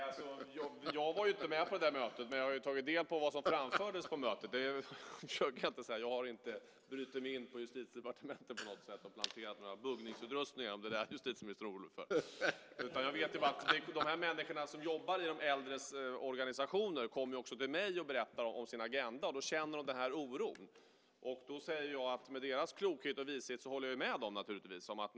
Herr talman! Jag var inte med på det där mötet, men jag har tagit del av vad som framfördes. Jag har inte brutit mig in på Justitiedepartementet och planterat någon buggningsutrustning där, om det är det justitieministern är orolig för. De människor som jobbar i de äldres organisationer kommer också till mig och berättar om sin agenda, och de känner den här oron. Då säger jag att med deras klokhet och vishet håller jag naturligtvis med dem.